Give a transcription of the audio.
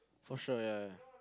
for sure yeah yeah yeah